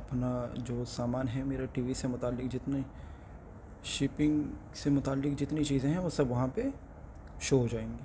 اپنا جو سامان ہے میرا ٹی وی سے متعلق جتنے شپنگ سے متعلق جتنی چیزیں ہیں وہ سب وہاں پہ شو ہو جائیں گی